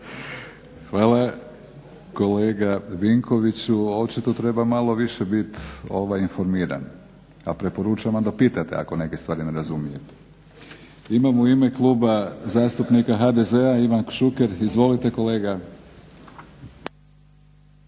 Hvala. Kolega Vinkoviću očito treba malo više biti informiran, a preporučam vam da pitate ako neke stvari ne razumijete. Imamo u ime Klub zastupnika HDZ-a Ivan Šuker. Izvolite kolega.